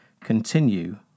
Continue